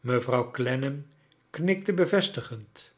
mevrouw clennana knikte bevestigend